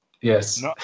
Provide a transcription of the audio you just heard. Yes